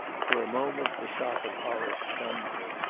for a moment the shock of horror stunned her.